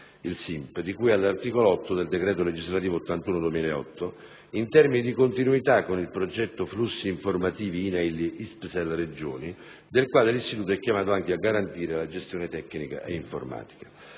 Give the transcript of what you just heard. (SINP), di cui all'articolo 8 del decreto legislativo n. 81 del 2008, in termini di continuità con il progetto «Flussi informativi INAIL, ISPESL, Regioni», del quale l'Istituto è chiamato anche a garantire la gestione tecnica e informatica.